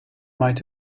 might